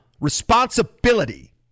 responsibility